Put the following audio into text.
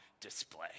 display